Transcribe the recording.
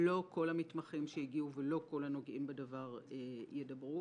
שלא כל המתמחים שהגיעו ולא כל הנוגעים בדבר ידברו.